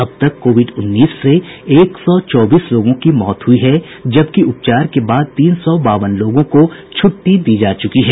अब तक कोविड उन्नीस से एक सौ चौबीस लोगों की मौत हुई है जबकि उपचार के बाद तीन सौ बावन लोगों को छुट्टी दी चुकी है